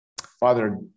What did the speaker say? father